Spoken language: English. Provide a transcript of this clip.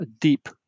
deep